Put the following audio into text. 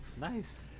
Nice